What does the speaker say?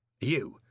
You